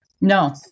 No